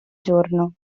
giorno